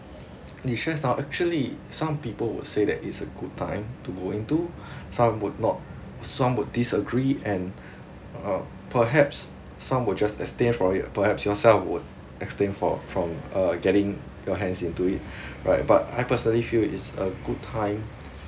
the issue is now actually some people would say that is a good time to go into some would not some would disagree and uh perhaps some would just abstain from it perhaps yourself would abstain for from uh getting your hands into it right but I personally feel is a good time